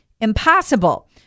impossible